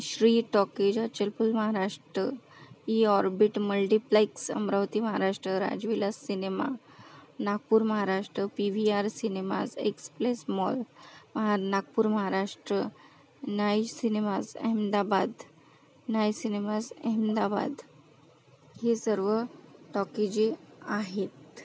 Shri talkies Achalpur Maharashtra Yorbit multiplex Amravati Maharashtra Rajvilas cinema Nagpur Maharashtra P V R cinemas एक्सप्लेस mall Nagpur Maharashtra nice cinemas Ahmedabad nice cinemas Ahmedabad हे सर्व टॉकिजे आहेत